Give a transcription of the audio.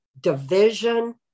division